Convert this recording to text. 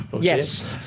Yes